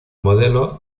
modelo